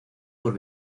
por